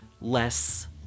less